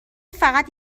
فقط